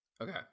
Okay